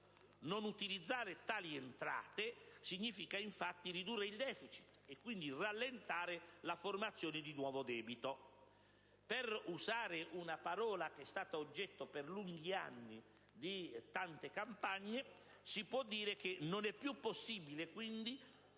Non utilizzare tali entrate significa infatti ridurre il *deficit* e quindi rallentare la formazione di nuovo debito. Per usare una parola che è stata oggetto per lunghi anni di tante campagne, si può dire che non è più possibile, quindi,